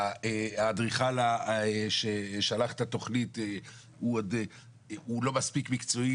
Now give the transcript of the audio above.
האדריכל ששלח את התכנית לא מספיק מקצועי,